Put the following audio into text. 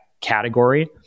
category